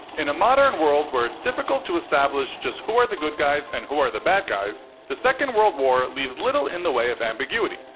in a modern world where it's difficult to establish just who are the good guys and who are the bad guys, the second world war leaves little in the way of ambiguity.